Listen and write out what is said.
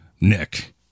Nick